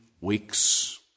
weeks